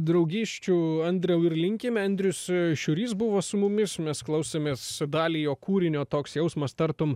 draugysčių andriau ir linkime andrius šiurys buvo su mumis mes klausėmės dalį jo kūrinio toks jausmas tartum